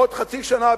בעוד חצי שנה,